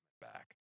back